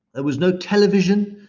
there was no television.